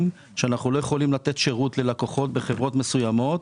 שאנחנו לא יכולים לתת שירות ללקוחות בחברות מסוימות